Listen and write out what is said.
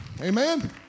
Amen